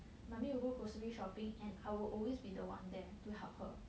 mummy will go grocery shopping and I will always be the one there to help her